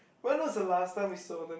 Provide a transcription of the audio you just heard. when was the last time we saw them